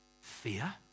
Fear